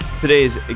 Today's